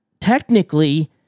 technically